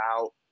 out